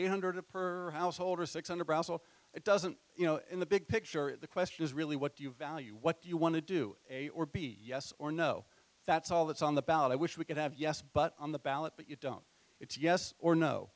a hundred per household or six hundred rasul it doesn't you know in the big picture the question is really what do you value what do you want to do a or b yes or no that's all that's on the ballot i wish we could have yes but on the ballot but you don't it's yes or no